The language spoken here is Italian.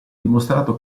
dimostrato